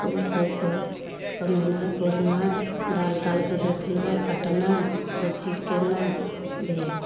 फूल सबके कमेनाइ कोरनाइ डाल तालके देखनाइ कटनाइ सब चीज केनाइ भेल